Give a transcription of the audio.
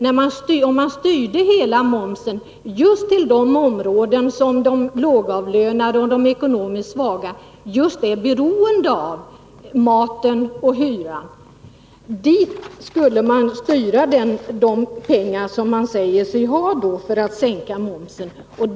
Då styr man hela momssänkningen till just de områden som de lågavlönade och de ekonomiskt svaga är beroende av: maten och hyran. Dit skulle man styra de pengar man säger sig ha för att sänka momsen.